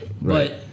right